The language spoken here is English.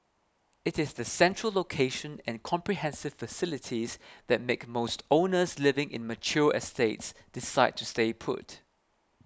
it is the central location and comprehensive facilities that make most owners living in mature estates decide to stay put